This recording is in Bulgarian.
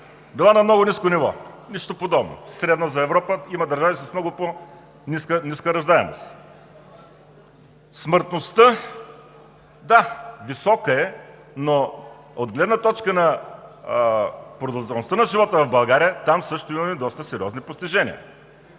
била на много ниско ниво. Нищо подобно! Тя е средна за Европа. Има държави с много по-ниска раждаемост. Смъртността – да, висока е, но от гледна точка на продължителността на живота в България, там също имаме доста сериозни постижения.